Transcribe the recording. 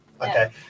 Okay